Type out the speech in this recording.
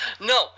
No